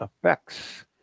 effects